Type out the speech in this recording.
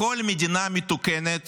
בכל מדינה מתוקנת